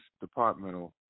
departmental